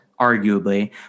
arguably